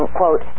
quote